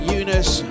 Eunice